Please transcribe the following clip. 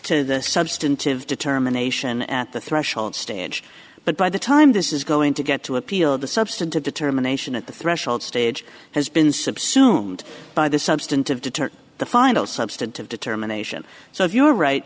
to substantive determination at the threshold stage but by the time this is going to get to a the substantive determination at the threshold stage has been subsumed by the substantive deter the final substantive determination so if you're right